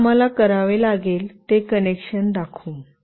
प्रथम आम्हाला करावे लागेल ते कनेक्शन दाखवू